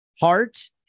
Heart